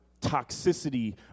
toxicity